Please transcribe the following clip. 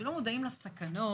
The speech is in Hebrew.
שלא מודעים לסכנות?